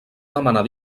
demanar